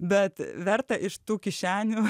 bet verta iš tų kišenių